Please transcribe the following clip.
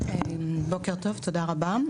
בוקר טוב, תודה רבה.